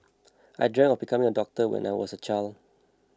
I dreamt of becoming a doctor when I was a child